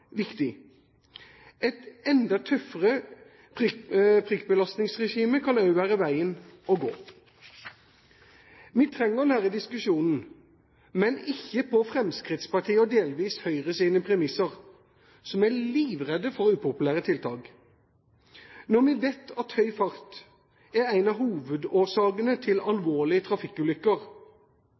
Et enda tøffere prikkbelastningsregime kan også være veien å gå. Vi trenger denne diskusjonen, men ikke på Fremskrittspartiets og delvis Høyres premisser, som er livredde for upopulære tiltak. Når vi vet at høy fart er en av hovedårsakene til alvorlige trafikkulykker,